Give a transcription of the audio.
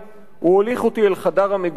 הוא הוליך אותי אל חדר המגורים,